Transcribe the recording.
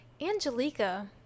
Angelica